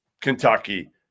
Kentucky